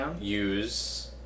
use